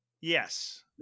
Yes